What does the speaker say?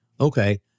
Okay